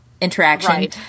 interaction